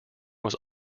was